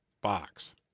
box